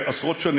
נא לצאת מן